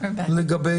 על נטילת דגימות